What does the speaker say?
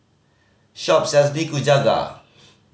shop sells Nikujaga